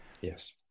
Yes